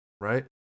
right